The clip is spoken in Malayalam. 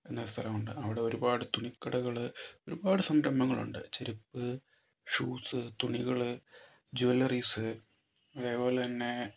എന്ന ഒരു സ്ഥലമുണ്ട് അവിടെ ഒരുപാട് തുണിക്കടകൾ ഒരുപാട് സംരംഭങ്ങളുണ്ട് ചെരിപ്പ് ഷൂസ് തുണികൾ ജ്വല്ലറീസ് അതേപോലെതന്നെ